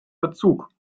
verzug